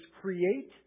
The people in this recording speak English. create